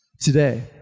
today